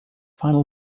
final